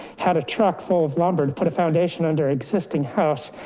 had a truck full of lumber and put a foundation under existing house.